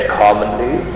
commonly